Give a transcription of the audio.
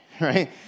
right